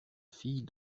fille